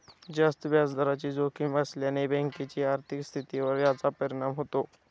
जास्त व्याजदराची जोखीम असल्याने बँकेच्या आर्थिक स्थितीवर याचा परिणाम होतो